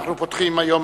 אנחנו פותחים היום